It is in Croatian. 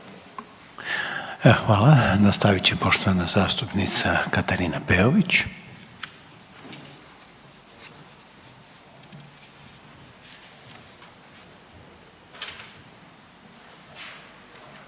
Hvala. Nastavit će poštovana zastupnica Katarina Peović.